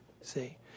see